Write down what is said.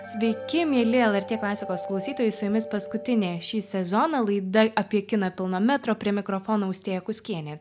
sveiki mieli lrt klasikos klausytojai su jumis paskutinė šį sezoną laida apie kiną pilno metro prie mikrofono austėja kuskienė